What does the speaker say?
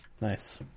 Nice